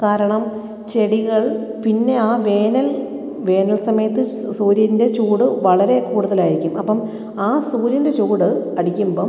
കാരണം ചെടികൾ പിന്നെ ആ വേനൽ വേനൽ സമയത്ത് സ് സൂര്യൻ്റെ ചൂട് വളരെ കൂടുതലായിരിക്കും അപ്പം ആ സൂര്യൻ്റെ ചൂട് അടിക്കുമ്പം